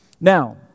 Now